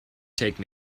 take